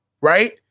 right